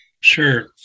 Sure